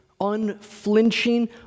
unflinching